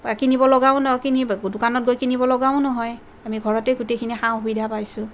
বা কিনিবলগাও নহয় কিনিব দোকানত গৈ কিনিবলগাও নহয় আমি ঘৰতে গোটেইখিনি সা সুবিধা পাইছোঁ